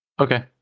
Okay